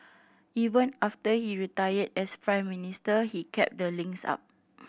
even after he retired as Prime Minister he kept the links up